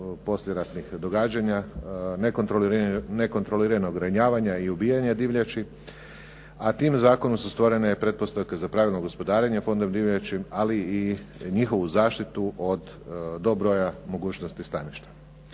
poslijeratnih događanja, nekontroliranog ranjavanja i ubijanja divljači, a tim zakonom su stvorene pretpostavke za pravilno gospodarenje Fondom divljači, ali i njihovu zaštitu do broja mogućnosti staništa.